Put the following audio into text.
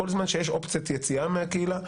כל זמן שיש אופציית יציאה מהקהילה,